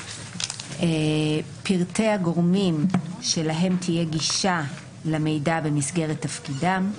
פרטי הגורמים שלהם תהיה גישה למידע במסגרת תפקידם,